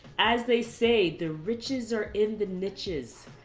as they say, the riches are in the niches.